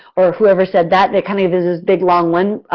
or whoever said that, it kind of this this big long one.